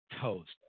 toast